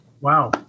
Wow